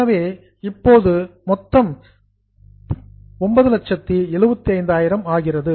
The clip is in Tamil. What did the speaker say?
எனவே இப்போது மொத்தம் 975 ஆகிறது